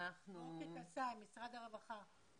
וורקי קסאי, משרד הרווחה.